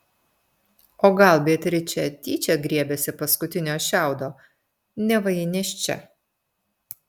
o gal beatričė tyčia griebėsi paskutinio šiaudo neva ji nėščia